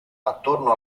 attorno